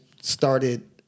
started